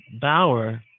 bauer